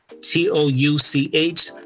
T-O-U-C-H